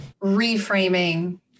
reframing